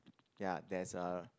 ya there's a